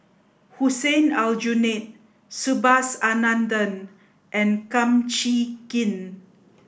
Hussein Aljunied Subhas Anandan and Kum Chee Kin